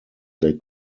they